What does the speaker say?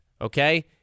okay